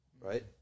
Right